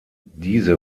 diese